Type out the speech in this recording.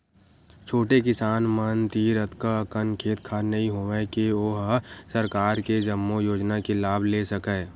छोटे किसान मन तीर अतका अकन खेत खार नइ होवय के ओ ह सरकार के जम्मो योजना के लाभ ले सकय